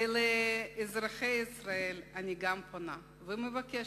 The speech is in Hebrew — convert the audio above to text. וגם לאזרחי ישראל אני פונה ומבקשת,